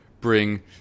bring